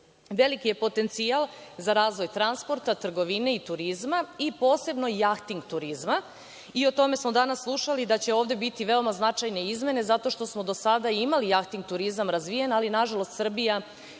Srbiju. Veliki je potencijal za razvoj transporta, trgovine i turizma i posebno jahting turizma i o tome smo danas slušali, da će ovde biti veoma značajne izmene, zato što smo do sada imali jahting turizam razvijen, ali, nažalost, Srbija